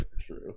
True